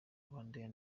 rwandair